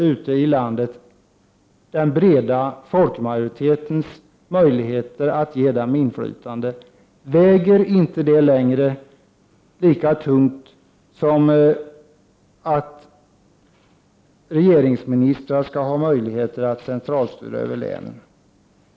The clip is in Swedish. Väger inte längre den breda folkmajoritetens möjligheter att ge dessa politiker inflytande lika tungt som ministrars önskan att kunna centralstyra länen?